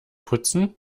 putzen